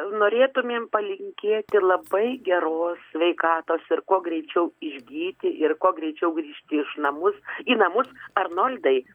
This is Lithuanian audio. norėtumėm palinkėti labai geros sveikatos ir kuo greičiau išgyti ir kuo greičiau grįžti iš namus į namus arnoldai